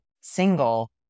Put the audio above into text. single